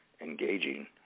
engaging